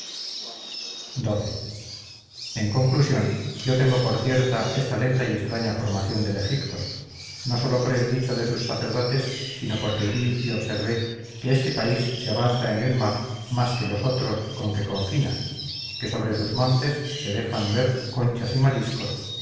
xii en conclusión yo tengo por cierta esta lenta y extraña formación del egipto no sólo por el dicho de sus sacerdotes sino porque vi y observé que este país se avanza en el mar más que los otros con que confina que sobre sus montes se dejan ver conchas y mariscos